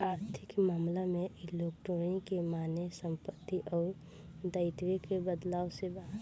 आर्थिक मामला में लिक्विडिटी के माने संपत्ति अउर दाईत्व के बदलाव से बा